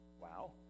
Wow